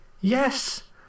Yes